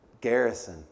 garrison